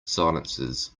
silences